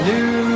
New